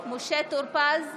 משה טור פז,